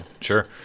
Sure